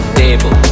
table